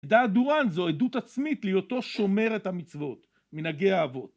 דעה דורן זו עדות עצמית להיותו שומר את המצוות, מנהגי האבות.